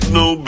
no